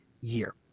year